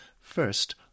First